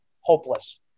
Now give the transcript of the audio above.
hopeless